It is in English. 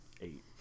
eight